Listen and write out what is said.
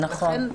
נכון.